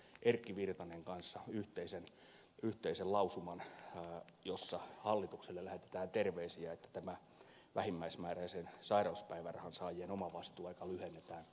erkki virtasen kanssa yhteisen lausuman jossa hallitukselle lähetetään terveisiä että tämä vähimmäismääräisen sairauspäivärahan saajien omavastuuaika lyhennetään